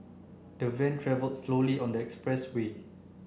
the van travel slowly on the express way